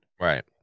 Right